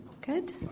Good